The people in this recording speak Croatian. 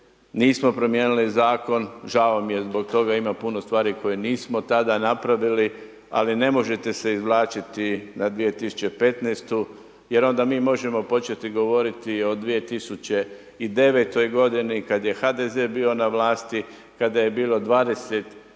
Nismo promijenili Zakon, žao mi je zbog toma, ima puno stvari koje nismo tada napravili, ali ne možete se izvlačiti na 2015.-tu, jer onda mi možemo početi govoriti o 2009. godini, kad je HDZ bio na vlasti, kada je bilo 20